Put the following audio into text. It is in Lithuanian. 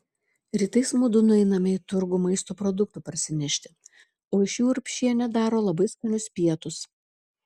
rytais mudu nueiname į turgų maisto produktų parsinešti o iš jų urbšienė daro labai skanius pietus